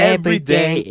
Everyday